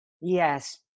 Yes